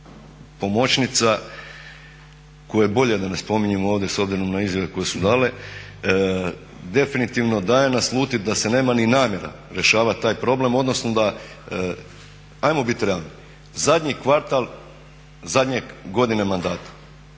pomoćnica koje bolje da ne spominjem ovdje s obzirom na izjave koje su dale, definitivno daje naslutiti da se nema ni namjera rješavati taj problem odnosno da, ajmo biti realni, zadnji kvartal zadnje godine mandata.